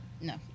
No